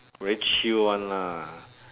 very chill [one] lah